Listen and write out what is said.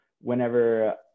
Whenever